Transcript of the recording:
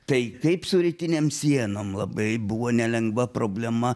tai kaip su rytinėm sienom labai buvo nelengva problema